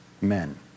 men